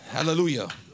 Hallelujah